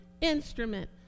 instrument